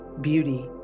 beauty